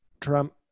Trump